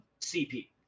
CP